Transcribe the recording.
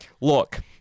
Look